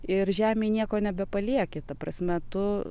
ir žemėj nieko nebepalieki ta prasme tu